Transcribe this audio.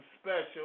special